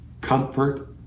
comfort